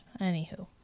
anywho